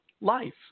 life